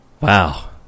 Wow